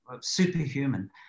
superhuman